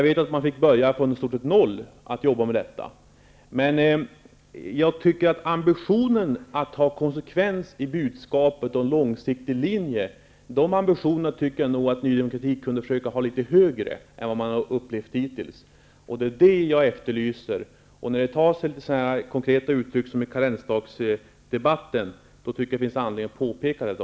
Vi fick börja i stort sett från noll att jobba med detta. Ambitionen att ha konsekvens i budskapet och en långsiktig linje kunde vara högre än den hittills har varit i Ny demokrati. När det tar sig så konkreta uttryck som i karensdagsdebatten finns det anledning att påpeka detta.